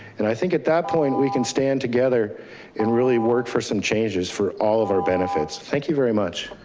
and i think at that point we can stand together and really work for some changes for all of our benefits. thank you very much.